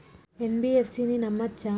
NBFC ని నమ్మచ్చా?